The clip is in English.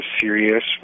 serious